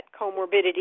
comorbidity